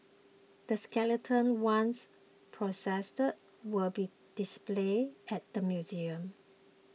the skeleton once processed will be displayed at the museum